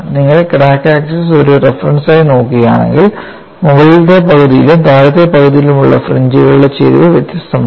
നിങ്ങൾ crack axis ഒരു റഫറൻസായി നോക്കുകയാണെങ്കിൽ മുകളിലെ പകുതിയിലും താഴത്തെ പകുതിയിലുമുള്ള ഫ്രിഞ്ച്കളുടെ ചരിവ് വ്യത്യസ്തമാണ്